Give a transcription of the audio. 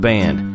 Band